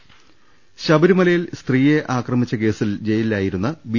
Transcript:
രദ്ദേഷ്ടങ ശബരിമലയിൽ സ്ത്രീയെ ആക്രമിച്ച കേസിൽ ജയിലിലായിരുന്ന ബി